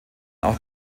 auch